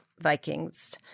Vikings